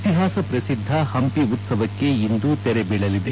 ಇತಿಹಾಸ ಪ್ರಸಿದ್ಧ ಹಂಪಿ ಉತ್ಸವಕ್ಕೆ ಇಂದು ತೆರೆ ಬೀಳಲಿದೆ